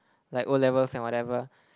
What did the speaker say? like O-levels and whatever